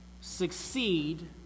succeed